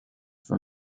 from